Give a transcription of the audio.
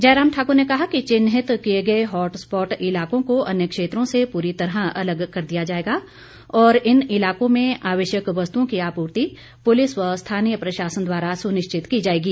जयराम ठाक्र ने कहा कि चिन्हित किए गए हॉटस्पॉट इलाकों को अन्य क्षेत्रों से पूरी तरह अलग कर दिया जाएगा और इन इलाकों में आवश्यक वस्तुओं की आपूर्ति पुलिस व स्थानीय प्रशासन द्वारा सुनिश्चित की जाएगी